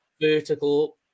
vertical